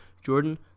Jordan